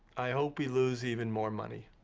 i hope we lose even more money,